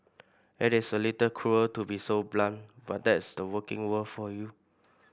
it is a little cruel to be so blunt but that's the working world for you